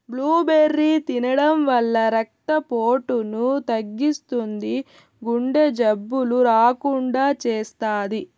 blueberry తినడం వల్ల రక్త పోటును తగ్గిస్తుంది, గుండె జబ్బులు రాకుండా చేస్తాది